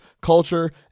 culture